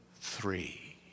three